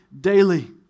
daily